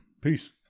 Peace